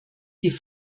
die